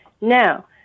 Now